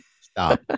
stop